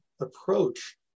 approach